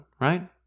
right